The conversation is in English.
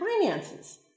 finances